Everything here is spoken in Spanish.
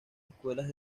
escuelas